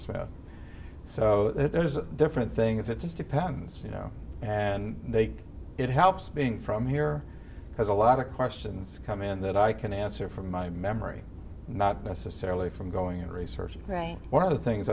smith so there's a different thing is it just depends you know and they it helps being from here because a lot of questions come in that i can answer from my memory not necessarily from going into research right one of the things